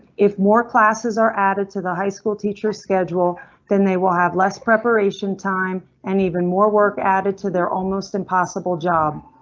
if more classes are added to the high school teacher schedule then they will have less preparation time and even more work added to their almost impossible job.